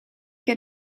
get